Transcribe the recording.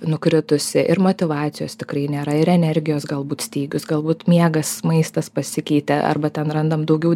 nukritusi ir motyvacijos tikrai nėra ir energijos galbūt stygius galbūt miegas maistas pasikeitė arba ten randam daugiau